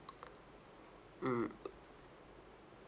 mm